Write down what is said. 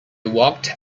walked